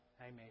Amen